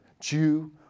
Jew